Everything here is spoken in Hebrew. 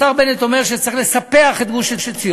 השר בנט אומר שצריך לספח את גוש-עציון.